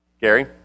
Gary